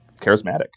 charismatic